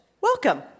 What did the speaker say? Welcome